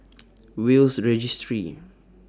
Will's Registry